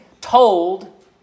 told